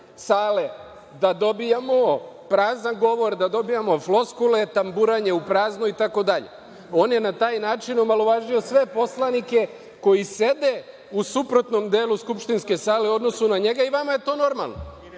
sale, da dobijamo prazan govor, da dobijamo floskule, tamburanje u prazno itd. Na taj način on je omalovažio sve poslanike koji sede u suprotnom delu skupštinske sale u odnosu na njega i vama je to normalno.